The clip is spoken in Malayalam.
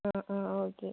ആ ആ ഓക്കെ